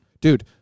Dude